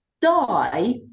die